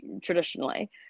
traditionally